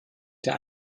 der